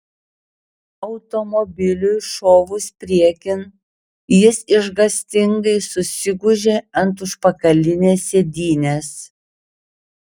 automobiliui šovus priekin jis išgąstingai susigūžė ant užpakalinės sėdynės